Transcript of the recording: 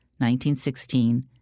1916